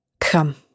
Come